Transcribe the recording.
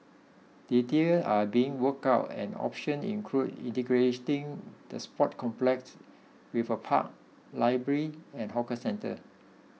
details are being worked out and options include integrating the sports complex with a park library and hawker centre